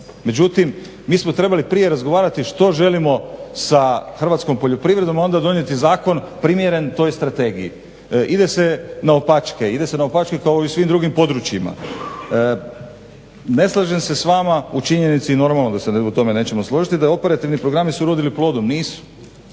Međutim, mi smo trebali prije razgovarati što želimo sa hrvatskom poljoprivrednom a onda donijeti zakon primjeren toj strategiji. Ide se naopačke, ide se naopačke kao i u svim drugim područjima. Ne slažem se s vama u činjenici, normalno da se u tome nećemo složiti, da je operativni programi su urodili plodom, nisu.